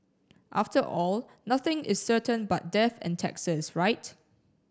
after all nothing is certain but death and taxes right